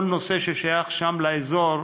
כל נושא ששייך שם לאזור,